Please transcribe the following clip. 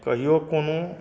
कहियो कोनो